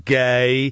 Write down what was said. gay